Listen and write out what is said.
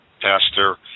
Pastor